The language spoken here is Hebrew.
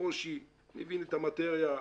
ברושי מבין את המטריה,